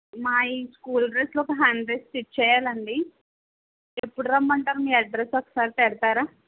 మావి స్కూల్ డ్రెస్లు ఒక హండ్రెడ్ స్టిచ్ చేయాలండి ఎప్పుడు రమ్మంటారు మీ అడ్రస్ ఒకసారి పెడతారా